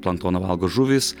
planktoną valgo žuvys